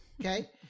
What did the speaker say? Okay